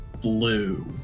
blue